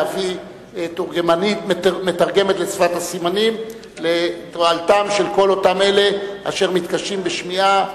להביא מתרגמת לשפת הסימנים לתועלתם של כל אותם אלה אשר מתקשים בשמיעה,